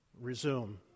resume